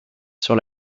sur